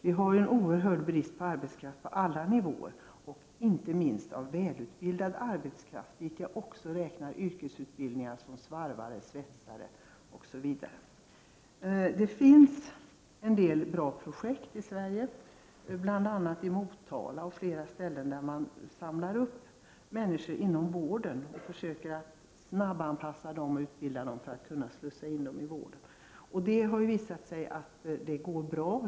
Vi har en oerhörd brist på arbetskraft på alla nivåer, inte minst på välutbildad arbetskraft. Dit räknar jag också yrken som svarvare, svetsare, osv. Det finns en del bra projekt i Sverige, bl.a. i Motala, där man samlar upp människor inom vården och försöker snabbt anpassa dem, utbilda dem och slussa in dem i vården. Det har visat sig att det går bra.